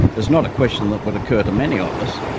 is not a question that would occur to many of us,